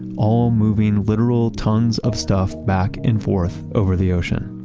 all moving literal tons of stuff back and forth over the ocean.